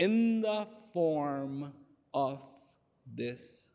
in the form of this